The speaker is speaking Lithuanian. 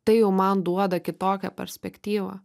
tai jau man duoda kitokią perspektyvą